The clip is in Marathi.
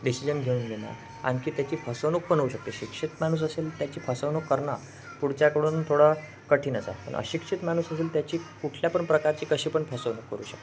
डिसिजन घेऊन देणार आणखी त्याची फसवणूक पण होऊ शकते शिक्षित माणूस असेल त्याची फसवणूक करणार पुढच्याकडून थोडा कठीणच आहे पण अशिक्षित माणूस असेल त्याची कुठल्या पण प्रकारची कशी पण फसवणूक करू शकते